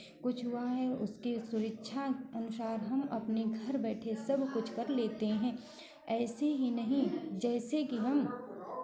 कुछ हुआ है उसके सुविक्षा अनुसार हम अपनी घर बैठे सब कुछ कर लेते हैं ऐसे ही नहीं जैसे कि हम